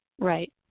right